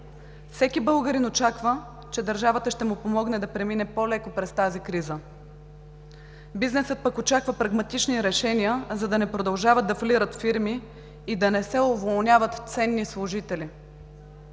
Всеки българин очаква, че държавата ще му помогне да премине по-леко през тази криза. Бизнесът пък очаква прагматични решения, за да не продължават да фалират фирми и да не се уволняват ценни служители.